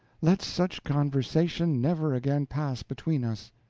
let such conversation never again pass between us.